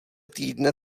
týdne